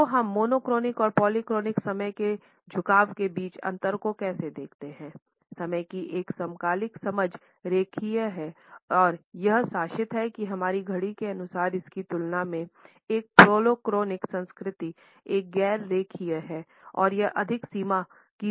तो हम मोनोक्रॉनिक संस्कृति एक गैर रेखीय है और यह अधिक समय की ओर उन्मुख है